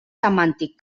semàntic